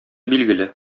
билгеле